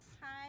Hi